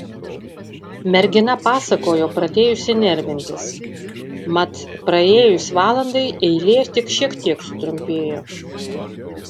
mergina pasakojo pradėjusi nervintis mat praėjus valandai eilė tik šiek tiek sutrumpėjo